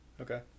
Okay